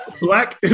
Black